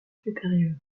supérieure